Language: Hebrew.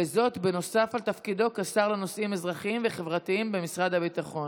וזאת נוסף על תפקידו כשר לנושאים אזרחיים וחברתיים במשרד הביטחון.